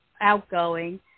outgoing